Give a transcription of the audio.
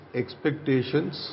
expectations